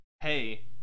hey